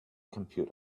computer